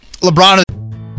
LeBron